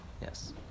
Yes